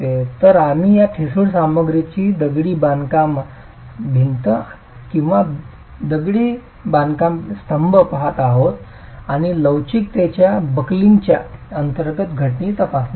तर आम्ही एक ठिसूळ सामग्रीची दगडी बांधकामा भिंत किंवा दगडी बांधकाम स्तंभ पहात आहोत आणि लवचिक बकलिंगच्या अंतर्गत घटनेची तपासणी करतो